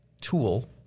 tool